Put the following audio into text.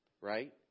right